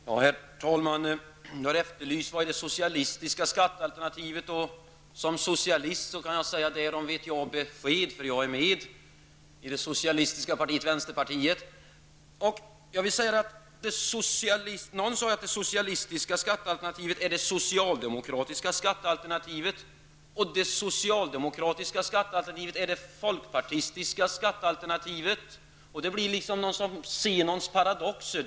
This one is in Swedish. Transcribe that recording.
Herr talman! Man har efterlyst de socialistiska skattealternativet. Som socialist kan jag säga att jag kan ge besked. Jag är med i det socialistiska vänsterpartiet. Någon sade att det socialistiska skattealternativet är det socialdemokratiska och att det socialdemokratiska skattealternativet är det folkpartistiska. Det blir ett slags Zenons paradox.